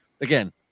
again